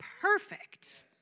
perfect